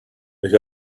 with